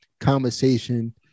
conversation